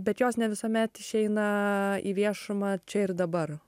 bet jos ne visuomet išeina į viešumą čia ir dabar